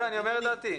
אני אומר את דעתי.